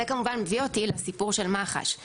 זה כמובן הביא אותי לסיפור של מח"ש,